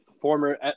Former